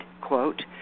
quote